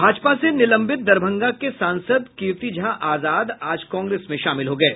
भाजपा से निलंबित दरभंगा के सांसद कीर्ति झा आजाद आज कांग्रेस में शामिल हो गये